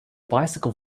bicycle